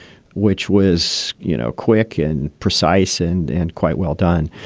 which was, you know, quick and precise and and quite well done.